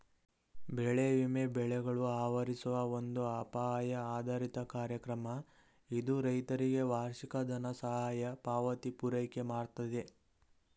ಬೆಳೆ ವಿಮೆ ಬೆಳೆಗಳು ಆವರಿಸುವ ಒಂದು ಅಪಾಯ ಆಧಾರಿತ ಕಾರ್ಯಕ್ರಮ ಇದು ರೈತರಿಗೆ ವಾರ್ಷಿಕ ದನಸಹಾಯ ಪಾವತಿ ಪೂರೈಕೆಮಾಡ್ತದೆ